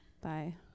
Bye